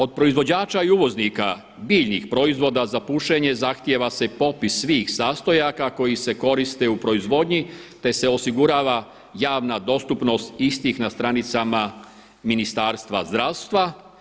Od proizvođača i uvoznika biljnih proizvoda za pušenje zahtjeva se i popis svih sastojaka koji se koriste u proizvodnji, te se osigurava javna dostupnost istih na stranicama Ministarstva zdravstva.